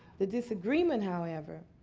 the disagreement, however,